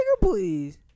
please